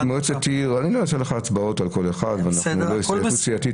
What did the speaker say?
אני לא אעשה הצבעות על כל אחד ולא התייעצות סיעתית,